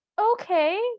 okay